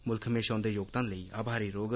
मुल्ख म्हेशां उन्दे योगदान लेई आभारी रौग